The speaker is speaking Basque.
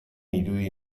irudi